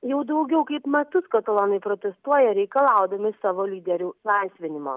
jau daugiau kaip metus katalonai protestuoja reikalaudami savo lyderių laisvinimo